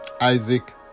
Isaac